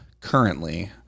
currently